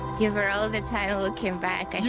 yeah were all the time looking back. and